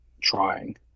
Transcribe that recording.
trying